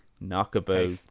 knockabout